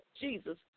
Jesus